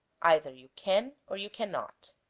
either you can or you cannot